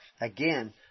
Again